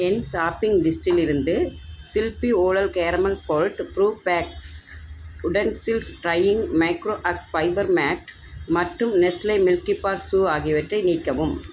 என் shopping லிஸ்டிலிருந்து sleepy owl caramel cold brew packs utensils drying micro and fibre mat மற்றும் Nestle Milkybar choo ஆகியவற்றை நீக்கவும்